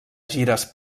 gires